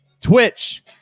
Twitch